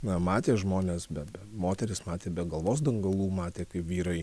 na matė žmones be moteris matė be galvos dangalų matė kaip vyrai